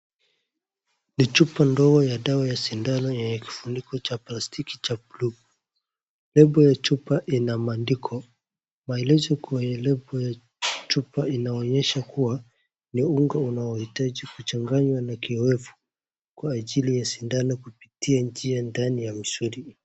Ni chupa ndogo ya dawa ya shindano yenye kifuniko cha plastiki cha blue ,] lebo ya chupa ina maandiko maelezo ya kwenye lebo ya chupa inaonyesha kuwa ni unga unaohitaji kuchanganywa na kiwevu kwa ajili ya shindano kupitia njia ndani ya misuli.